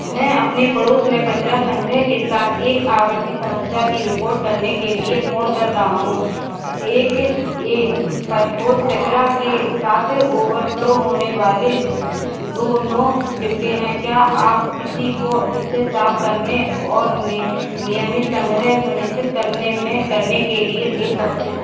मैं अपने पड़ोस में कचरा संग्रह के साथ एक आवर्ती समस्या की रिपोर्ट करने के लिए फ़ोन कर रहा हूं एक पर ठोस कचरा के साथ ओवरफ़्लो होने वाले दो नौ डिब्बे हैं क्या आप किसी को इसे साफ करने और नियमित संग्रहण सुनिश्चित करने मे करने के लिए भेज सकते हैं